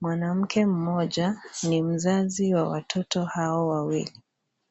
Mwanamke mmoja ni mzazi wa watoto hao wawili.